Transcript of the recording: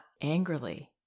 angrily